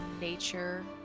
nature